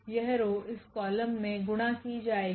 यह रो इस कॉलम में गुणा की जाएगी